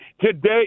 Today